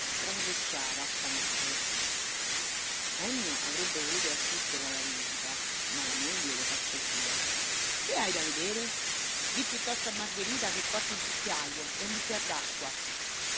madre trangosciava affamato ennio avrebbe voluto assistere alla visita ma la moglie lo cacciò via che hai da vedere di piuttosto a margherita che porti un cucchiajo e un bicchier